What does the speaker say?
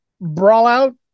Brawlout